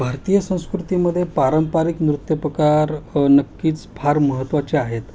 भारतीय संस्कृतीमध्ये पारंपरिक नृत्यप्रकार नक्कीच फार महत्त्वाचे आहेत